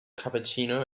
cappuccino